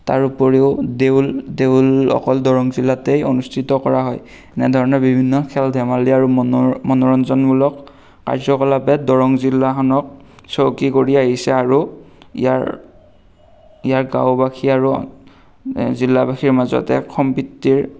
তাৰ উপৰিও দেউল অকল দৰং জিলাতেই অনুষ্ঠিত কৰা হয় এনেধৰণৰ বিভিন্ন খেল ধেমালি আৰু মনোৰঞ্জনমূলক কাৰ্যকলাপে দৰং জিলাখনক চহকী কৰি আহিছে আৰু ইয়াৰ গাঁওবাসী আৰু জিলাবাসীৰ মাজত এক সম্প্ৰীতিৰ